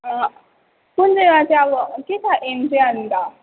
कुन चाहिँमा चाहिँ अब के छ एम चाहिँ अन्त